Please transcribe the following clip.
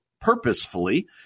purposefully